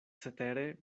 cetere